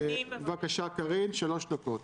בבקשה, קארין, שלוש דקות.